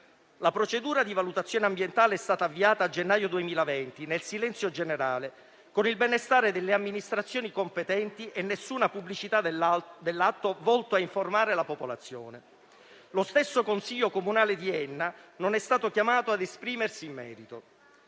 La procedura di valutazione ambientale è stata avviata a gennaio 2020, nel silenzio generale, con il benestare delle amministrazioni competenti e nessuna pubblicità dell'atto volta a informare la popolazione; lo stesso Consiglio comunale di Enna non è stato chiamato a esprimersi in merito.